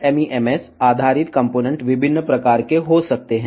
ఇప్పుడు ఈ RF MEMS ఆధారిత భాగాలు వివిధ రకాలుగా ఉంటాయి